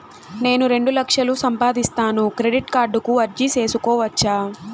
నేను రెండు లక్షలు సంపాదిస్తాను, క్రెడిట్ కార్డుకు అర్జీ సేసుకోవచ్చా?